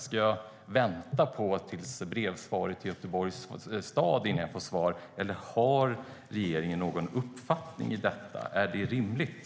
Ska jag vänta på svaret på brevet från Göteborgs stad, eller har regeringen någon uppfattning i detta? Är detta rimligt?